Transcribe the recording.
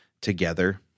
together